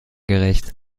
gerecht